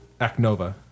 Acnova